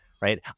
right